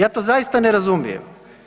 Ja to zaista ne razumijem.